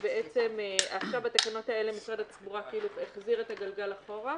לכן עכשיו בתקנות האלה משרד התחבורה החזיר את הגלגל אחורה,